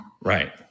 Right